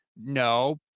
No